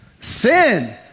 sin